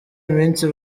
iminsi